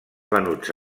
venuts